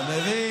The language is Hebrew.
אתה לא מתבייש?